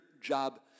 job